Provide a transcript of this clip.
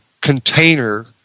container